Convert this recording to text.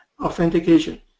authentication